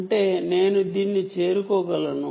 అంటే నేను దీన్ని చేరుకోగలను